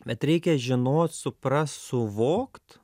bet reikia žinot suprast suvokt